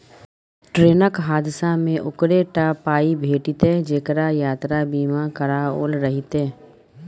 ट्रेनक हादसामे ओकरे टा पाय भेटितै जेकरा यात्रा बीमा कराओल रहितै